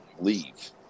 leave